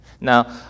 Now